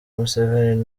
museveni